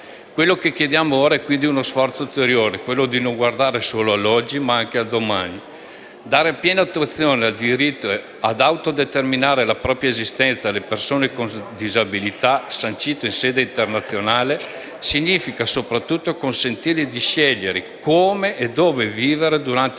Ora chiediamo, quindi, lo sforzo ulteriore di non guardare solo all'oggi, ma anche al domani. Dare piena attuazione al diritto ad autodeterminare la propria esistenza alle persone con disabilità - sancito in sede internazionale - significa sopratutto consentire di scegliere come e dove vivere durante tutta